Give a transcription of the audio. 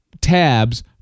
tabs